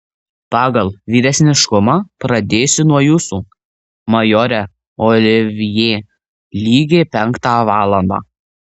pagal vyresniškumą pradėsiu nuo jūsų majore olivjė lygiai penktą valandą